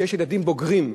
וכשיש ילדים בוגרים,